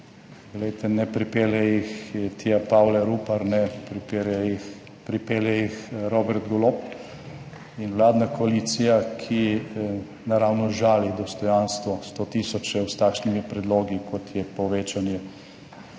glejte, ne pripelje jih Tia, Pavle Rupar, pripelje jih Robert Golob in vladna koalicija, ki naravnost žali dostojanstvo 100 tisoče s takšnimi predlogi kot je povečanje